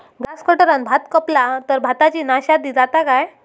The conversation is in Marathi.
ग्रास कटराने भात कपला तर भाताची नाशादी जाता काय?